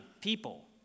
People